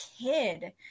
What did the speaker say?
kid